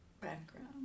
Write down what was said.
Background